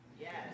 Yes